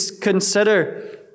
consider